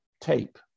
tape